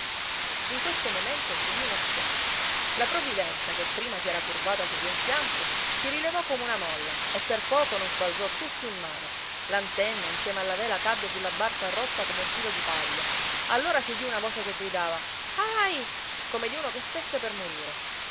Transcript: in questo momento s'udì uno schianto la provvidenza che prima si era curvata su di un fianco si rilevò come una molla e per poco non sbalzò tutti in mare l'antenna insieme alla vela cadde sulla barca rotta come un filo di paglia allora si udì una voce che gridava ahi come di uno che stesse per morire